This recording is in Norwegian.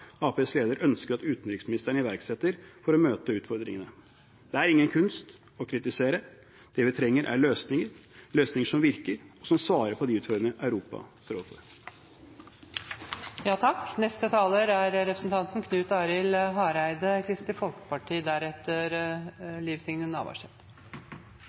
leder ønsker at utenriksministeren iverksetter for å møte utfordringene. Det er ingen kunst å kritisere. Det vi trenger, er løsninger – løsninger som virker, og som svarer på de utfordringene Europa står overfor. Som utanriksministeren påpeikte i den breie og gode utgreiinga si, er